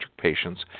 patients